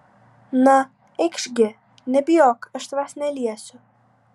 na eikš gi nebijok aš tavęs neliesiu